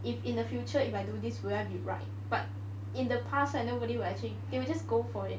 if in the future if I do this will I be right but in the past right nobody will actually they will just go for it